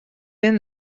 been